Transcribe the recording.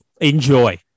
Enjoy